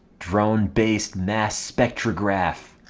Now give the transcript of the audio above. drone based mass spectrograph!